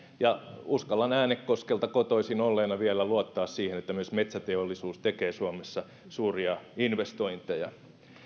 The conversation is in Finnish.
ja uskallan äänekoskelta kotoisin olevana vielä luottaa siihen että myös metsäteollisuus tekee suomessa suuria investointeja